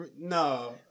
no